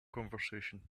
conversation